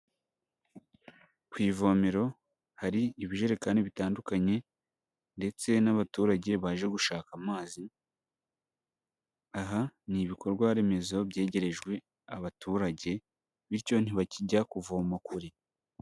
Ku ivomero hari ibijerekani bitandukanye ndetse n'abaturage baje gushaka amazi, aha ni ibikorwa remezo byegerejwe abaturage, bityo ntibakijya kuvoma kure.